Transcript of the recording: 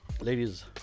ladies